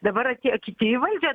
dabar atėjo kiti į valdžią